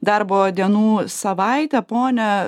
darbo dienų savaitę ponia